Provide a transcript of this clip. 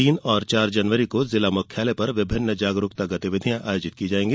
तीन और चार जनवरी को जिला मुख्यालय पर विभिन्न जागरूकता गतिविधिया आयोजित की जायेंगी